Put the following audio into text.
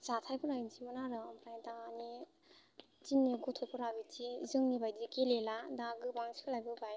जाथाइफोरा बिदिमोन आरो ओमफ्राय दानि दिननि गथ'फोरा बेदि जोंनिबायदि गेलेला दा गोबां सोलायबोबाय